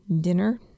dinner